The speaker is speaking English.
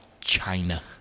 China